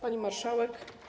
Pani Marszałek!